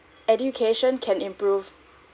education can improve